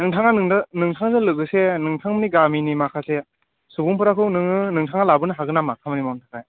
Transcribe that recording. नोंथाङा नोङो नोंथांजों लोगोसे नोंथांनि गामिनि माखासे सुबुंफोरखौ नोङो नोंथाङा लाबोनो हागोन नामा खामानि मावनो थाखाय